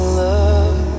love